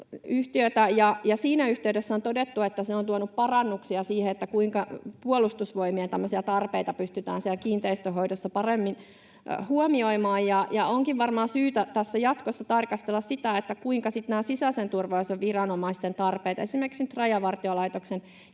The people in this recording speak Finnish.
siinä yhteydessä on todettu, että se on tuonut parannuksia siihen, kuinka Puolustusvoimien tarpeita pystytään kiinteistöhoidossa paremmin huomioimaan. Onkin varmaan syytä jatkossa tarkastella sisäisen turvallisuuden viranomaisten tarpeita, esimerkiksi nyt Rajavartiolaitoksen kiinteistötarpeita,